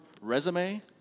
resume